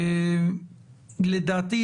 לדעתי,